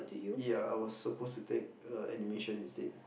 ya I was suppose to take err animation instead